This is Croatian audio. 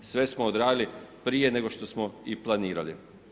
Sve smo odradili prije nego što smo i planirali.